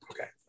Okay